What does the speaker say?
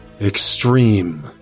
extreme